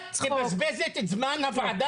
את מבזבזת את זמן הוועדה.